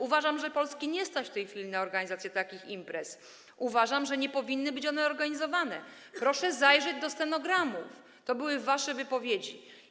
Uważam, że Polski nie stać w tej chwili na organizację takich imprez, uważam, że nie powinny być one organizowane - proszę zajrzeć do stenogramów, to były wasze wypowiedzi.